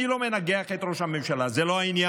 אני לא מנגח את ראש הממשלה, זה לא העניין,